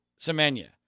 Semenya